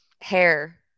hair